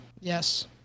Yes